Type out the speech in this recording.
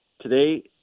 today